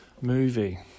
movie